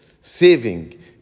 saving